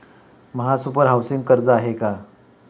महासुपर हाउसिंग कर्ज आहे का?